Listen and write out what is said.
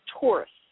Tourists